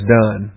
done